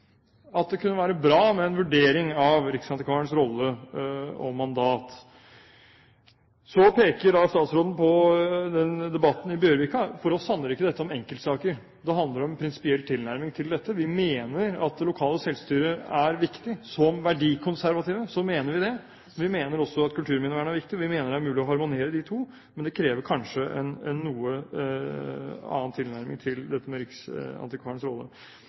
at det kunne være bra med en vurdering av riksantikvarens rolle og mandat. Så peker statsråden på debatten i Bjørvika. For oss handler ikke dette om enkeltsaker. Det handler om en prinsipiell tilnærming til dette. Vi mener at det lokale selvstyret er viktig. Som verdikonservative mener vi det. Vi mener også at kulturminnevern er viktig. Og vi mener det er mulig å harmonere de to, men det krever kanskje en noe annen tilnærming til dette med riksantikvarens rolle.